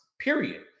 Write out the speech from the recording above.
period